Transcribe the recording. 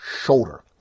shoulder